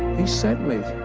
he sent me